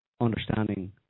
understanding